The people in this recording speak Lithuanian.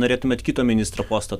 norėtumėt kito ministro posto